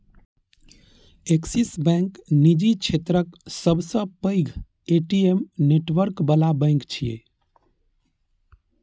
Axis bank निजी क्षेत्रक सबसं पैघ ए.टी.एम नेटवर्क बला बैंक छियै